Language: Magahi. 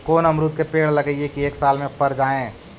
कोन अमरुद के पेड़ लगइयै कि एक साल में पर जाएं?